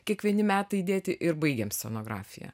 kiekvieni metai įdėti ir baigiam scenografija